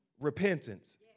Repentance